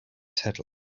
saddle